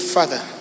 Father